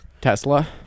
Tesla